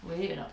will it or not